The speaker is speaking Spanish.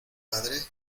padre